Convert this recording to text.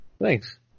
Thanks